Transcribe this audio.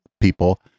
people